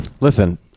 Listen